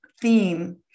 Theme